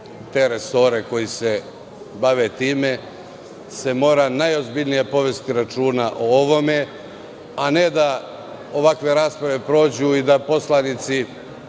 te resore koji se bave time, se mora najozbiljnije povesti računa o ovome, a ne da ovakve rasprave prođu i da poslanici